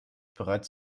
bereits